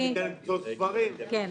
ש --- כן.